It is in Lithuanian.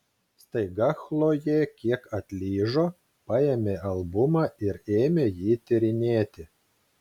staiga chlojė kiek atlyžo paėmė albumą ir ėmė jį tyrinėti